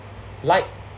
light